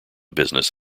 business